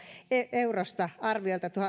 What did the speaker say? eurosta arviolta